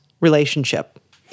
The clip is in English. relationship